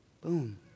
Boom